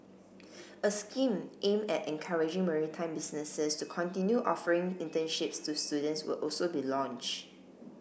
a scheme aim at encouraging maritime businesses to continue offering internships to students will also be launched